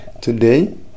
today